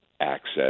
access